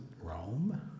Rome